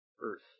Earth